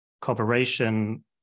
Cooperation